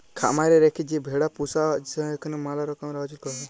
খামার এ রেখে যে ভেড়া পুসা হ্যয় সেখালে ম্যালা রকমের আয়জল হ্য়য়